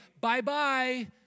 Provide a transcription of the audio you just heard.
Bye-bye